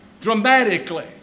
dramatically